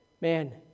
man